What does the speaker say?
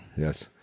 Yes